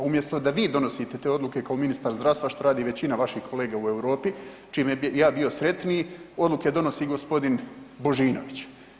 Umjesto da vi donosite te odluke kao ministar zdravstva, što radi većina vaših kolega u Europi, čime bi ja bio sretniji, odluke donosi g. Božinović.